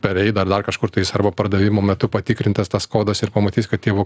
per reidą ar dar kažkur tais arba pardavimo metu patikrintas tas kodas ir pamatys kad tie vog